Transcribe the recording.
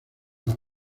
las